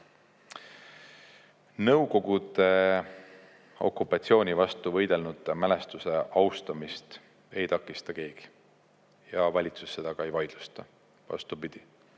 Nõukogude okupatsiooni vastu võidelnute mälestuse austamist ei takista keegi ja valitsus seda ka ei vaidlusta. Vastupidi,